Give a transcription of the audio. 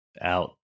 out